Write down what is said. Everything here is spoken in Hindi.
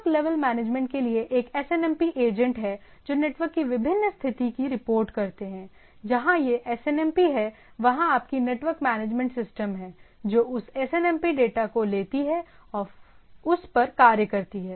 नेटवर्क लेवल मैनेजमेंट के लिए एक एसएनएमपी एजेंट हैं जो नेटवर्क की विभिन्न स्थिति की रिपोर्ट करते हैंजहाँ यह एसएनएमपी है वहाँ आपकी नेटवर्क मैनेजमेंट सिस्टम है जो उस एसएनएमपी डेटा को लेती है और उस पर कार्य करती है